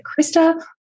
Krista